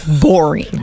boring